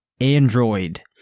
Android